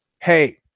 hey